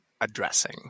addressing